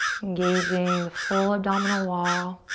engaging the full abdominal wall.